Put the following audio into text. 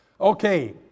okay